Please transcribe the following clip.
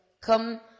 come